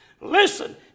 Listen